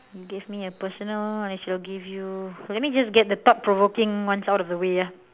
you give me a personal I shall give you let me just get the thought provoking ones out of the way ya